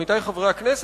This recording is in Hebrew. עמיתי חברי הכנסת,